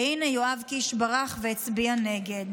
והינה, יואב קיש ברח והצביע נגד.